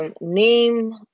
name